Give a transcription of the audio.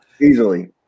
Easily